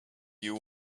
you